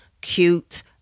cute